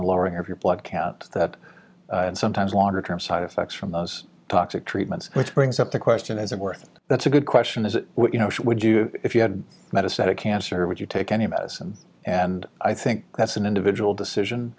the lowering of your blood count that and sometimes longer term side effects from those toxic treatments which brings up the question is it worth that's a good question is what you know what would you if you had met a set of cancer would you take any medicine and i think that's an individual decision